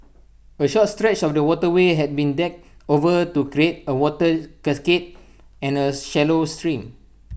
A short stretch of the waterway has been decked over to create A water cascade and A shallow stream